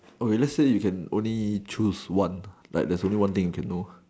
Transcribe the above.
okay lets say you can only choose one like there is only one thing you can know